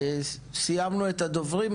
סיימנו את הדוברים,